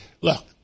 Look